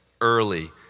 early